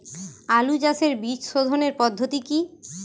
আলু চাষের বীজ সোধনের পদ্ধতি কি?